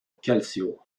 calcio